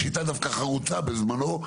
שהייתה דווקא חרוצה בזמנו,